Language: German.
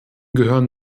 gehören